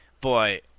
boy